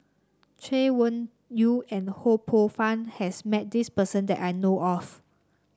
Chay Weng Yew and Ho Poh Fun has met this person that I know of